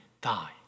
die